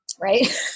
Right